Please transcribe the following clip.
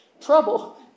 trouble